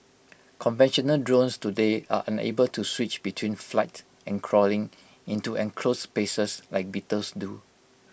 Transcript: conventional drones today are unable to switch between flight and crawling into enclosed spaces like beetles do